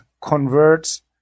converts